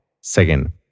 Second